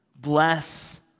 bless